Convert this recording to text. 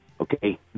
Okay